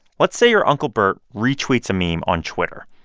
let's say your uncle burt retweets a meme on twitter.